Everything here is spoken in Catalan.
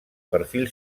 perfil